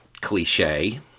cliche